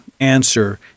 Answer